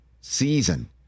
season